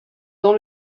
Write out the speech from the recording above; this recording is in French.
dans